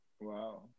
Wow